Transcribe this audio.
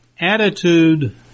attitude